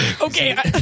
Okay